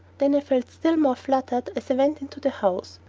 then i felt still more fluttered as i went into the house,